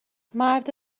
مرد